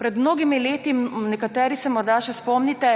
Pred mnogimi leti, nekateri se morda še spomnite,